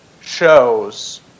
shows